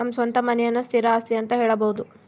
ನಮ್ಮ ಸ್ವಂತ ಮನೆಯನ್ನ ಸ್ಥಿರ ಆಸ್ತಿ ಅಂತ ಹೇಳಬೋದು